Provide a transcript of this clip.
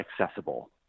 accessible